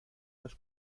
los